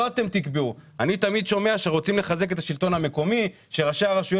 אני תמיד שומע שרוצים לחזק את השלטון המקומי ושראשי הרשויות